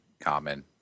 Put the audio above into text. common